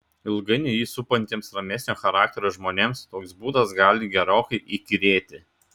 ilgainiui jį supantiems ramesnio charakterio žmonėms toks būdas gali gerokai įkyrėti